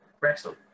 wrestle